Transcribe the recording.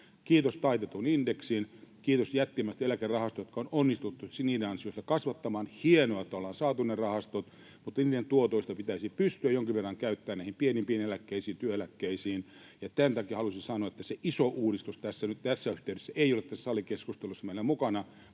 kiitos taitetun indeksin, kiitos jättimäisten eläkerahastojen, joita on onnistuttu sen ansiosta kasvattamaan. Hienoa, että ollaan saatu ne rahastot, mutta niiden tuotoista pitäisi pystyä jonkin verran käyttämään näihin pienimpiin eläkkeisiin, työeläkkeisiin. Tämän takia halusin sanoa, että se iso uudistus tässä yhteydessä ei ole tässä salikeskustelussa meillä mukana,